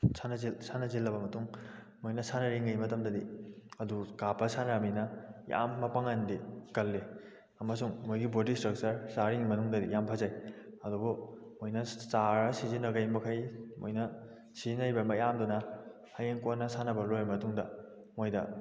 ꯁꯥꯟꯅꯁꯤꯜꯂꯕ ꯃꯇꯨꯡ ꯃꯣꯏꯅ ꯁꯥꯟꯅꯔꯤꯉꯩ ꯃꯇꯝꯗꯗꯤ ꯑꯗꯨ ꯀꯥꯞꯄꯒ ꯁꯥꯟꯅꯔꯕꯅꯤꯅ ꯌꯥꯝ ꯃꯄꯥꯡꯒꯜꯗꯤ ꯀꯜꯂꯤ ꯑꯃꯁꯨꯡ ꯃꯣꯏꯒꯤ ꯕꯣꯗꯤ ꯏꯁꯇ꯭ꯔꯛꯆꯔ ꯆꯥꯔꯤꯉꯩ ꯃꯅꯨꯡꯗꯗꯤ ꯌꯥꯝ ꯐꯖꯩ ꯑꯗꯨꯕꯨ ꯃꯣꯏꯅ ꯆꯥꯔ ꯁꯤꯖꯤꯟꯅꯔꯤ ꯃꯈꯩ ꯃꯣꯏꯅ ꯁꯤꯖꯤꯟꯅꯔꯤꯕ ꯃꯌꯥꯝꯗꯨꯅ ꯍꯌꯦꯡ ꯀꯣꯟꯅ ꯁꯥꯟꯅꯕ ꯂꯣꯏꯔꯕ ꯃꯇꯨꯡꯗ ꯃꯣꯏꯗ